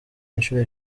inshuro